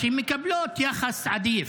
שמקבלות יחס עדיף,